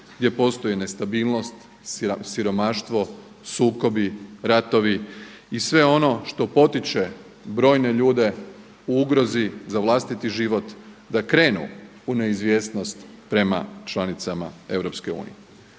gdje postoji nestabilnost, siromaštvo, sukobi, ratovi i sve ono što potiče brojne ljude u ugrozi za vlastiti život da krenu u neizvjesnost prema članicama EU.